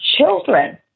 children